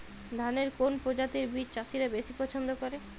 ধানের কোন প্রজাতির বীজ চাষীরা বেশি পচ্ছন্দ করে?